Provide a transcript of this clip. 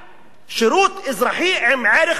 שירות אזרחי עם ערך ביטחוני.